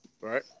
Right